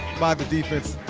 by the defense.